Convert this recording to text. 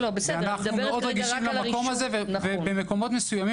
אנחנו מאוד רגישים לזה ובמקומות מסוימים